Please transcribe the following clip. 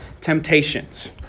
temptations